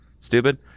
Stupid